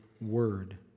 word